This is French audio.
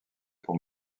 pour